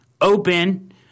open